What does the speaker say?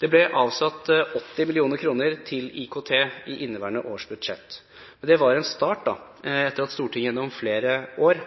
Det ble avsatt 80 mill. kr til IKT i inneværende års budsjett. Det var en start, etter at Stortinget gjennom flere år